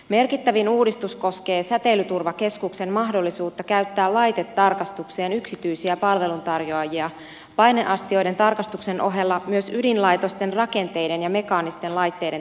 merkittävin uudistus koskee säteilyturvakeskuksen mahdollisuutta käyttää laitetarkastukseen yksityisiä palveluntarjoajia paineastioiden tarkastuksen ohella myös ydinlaitosten rakenteiden ja mekaanisten laitteiden tarkastuksessa